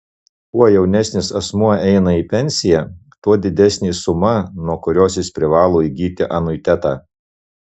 kuo jaunesnis asmuo eina į pensiją tuo didesnė suma nuo kurios jis privalo įsigyti anuitetą